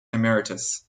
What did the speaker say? emeritus